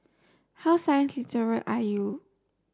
how science literate are you